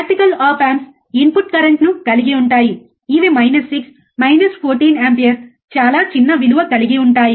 practical op amps input కరెంట్ను కలిగి ఉంటాయి ఇవి మైనస్ 6 మైనస్ 14 ఆంపియర్ చాలా చిన్న విలువ కలిగి ఉంటాయి